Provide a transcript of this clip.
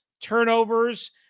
turnovers